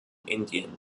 indian